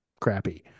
crappy